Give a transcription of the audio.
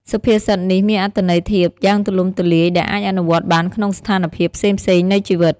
សុភាសិតនេះមានអត្ថន័យធៀបយ៉ាងទូលំទូលាយ ដែលអាចអនុវត្តបានក្នុងស្ថានភាពផ្សេងៗនៃជីវិត។